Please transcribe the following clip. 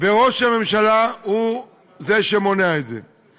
ושראש הממשלה הוא זה שמונע את זה.